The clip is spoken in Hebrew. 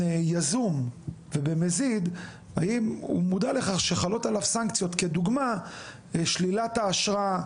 יזום ובמזיד האם הוא מודע לכך שחלות עליו סנקציות לדוגמא שלילת האשרה,